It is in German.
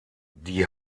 die